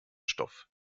stoff